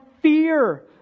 fear